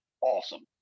awesome